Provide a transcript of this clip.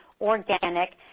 organic